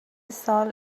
سال